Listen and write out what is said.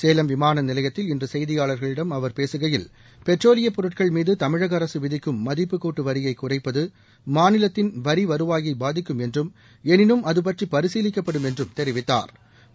சேலம் விமான நிலையத்தில் இன்று செய்தியாளர்களிடம் அவர் பேசுகையில் பெட்ரோலியப் பொருட்கள் மீது தமிழக அரசு விதிக்கும் மதிப்புக் கூட்டு வரியை குறைப்பது மாநிலத்தின் வரி வருவாயை பாதிக்கும் என்றும் எனினும் அது பற்றி பரிசீலிக்கப்படும் என்றும் தெரிவித்தாா்